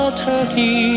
turkey